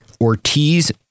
Ortiz